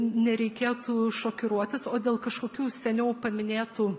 nereikėtų šokiruotis o dėl kažkokių seniau paminėtų